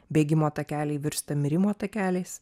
bėgimo takeliai virsta mirimo takeliais